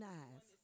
eyes